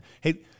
hey